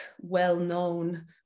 well-known